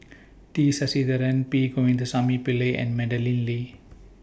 T Sasitharan P Govindasamy Pillai and Madeleine Lee